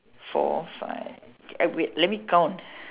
four five eh wait let me count